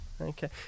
Okay